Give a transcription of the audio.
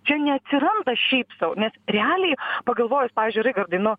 čia neatsiranda šiaip sau nes realiai pagalvojus pavyzdžiui raigardai nu